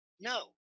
No